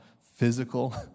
physical